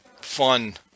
fun